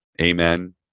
Amen